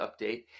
Update